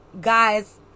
guys